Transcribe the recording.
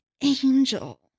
Angel